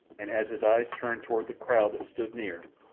and as his eyes turned toward the crowd that stood near,